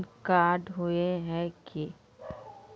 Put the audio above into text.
Card होय है की?